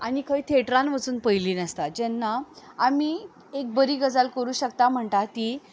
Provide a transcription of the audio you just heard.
आनी खंय थेटरान वचून पयल्ली नासता जेन्ना आमी एक बरी गजाल करूं शकता म्हणटा